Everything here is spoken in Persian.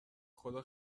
خدا